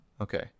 okay